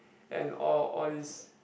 and all all these